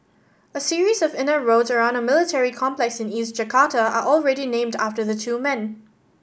a series of inner roads around a military complex in East Jakarta are already named after the two men